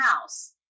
House